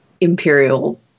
imperial